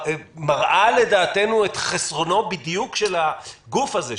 מראה לדעתנו בדיוק את חסרונו של הגוף הזה,